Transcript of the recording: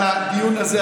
בדיוק בגלל הדיון הזה,